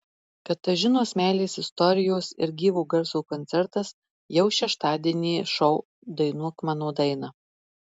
katažinos meilės istorijos ir gyvo garso koncertas jau šeštadienį šou dainuok mano dainą